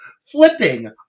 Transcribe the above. flipping